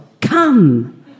come